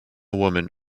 woman